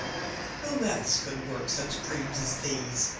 who else could work such dreams as these?